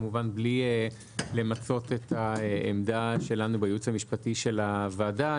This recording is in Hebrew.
ובלי למצות את העמדה שלנו בייעוץ המשפטי של הוועדה.